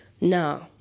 No